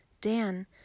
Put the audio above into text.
Dan